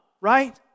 Right